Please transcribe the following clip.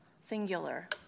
singular